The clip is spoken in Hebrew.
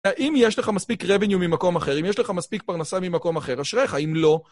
אם יש לך מספיק revenue ממקום אחר, אם יש לך מספיק פרנסה ממקום אחר, אשריך, אם לא...